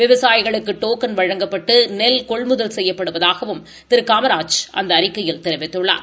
விவசாயிகளுக்கு டோக்கன் வழங்கப்பட்டு நெல் கொள்முதல் செய்யப்படுவதாகவும் திரு காமராஜ் அந்த அறிக்கையில் தெரிவித்துள்ளார்